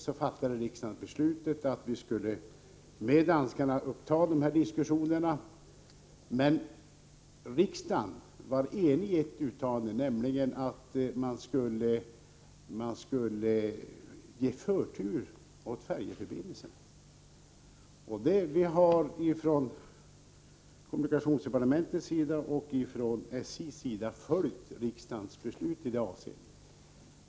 Då fattade riksdagen beslutet att vi skulle ta upp diskussioner i den här frågan med danskarna. Men riksdagen var enig i sitt uttalande om att man skulle ge förtur åt färjeförbindelsen. Vi har från kommunikationsdepartementets och SJ:s sida följt riksdagens beslut i det avseendet.